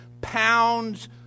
pounds